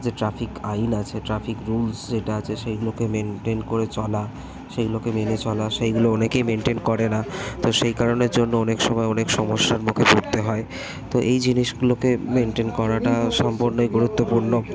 যে ট্রাফিক আইন আছে ট্রাফিক রুলস যেটা আছে সেইগুলোকে মেনটেন করে চলা সেইগুলোকে মেনে চলা সেইগুলো অনেকেই মেনটেন করে না তো সেই কারণের জন্য অনেক সময় অনেক সমস্যার মুখে পড়তে হয় তো এই জিনিসগুলোকে মেনটেন করাটা সম্পূর্ণই গুরুত্বপূর্ণ